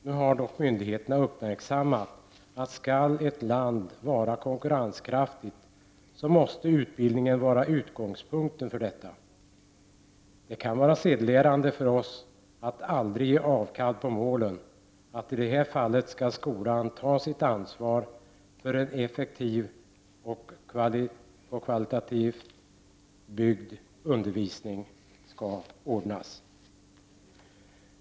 Nu har dock myndigheterna uppmärksammat att utbildningen måste vara utgångspunkten om ett land skall vara konkurrenskraftigt. Det kan vara sedelärande för oss att aldrig ge avkall på målen. I det här fallet skall skolan ta sitt ansvar för en effektiv och på kvalitet uppbyggd undervisning.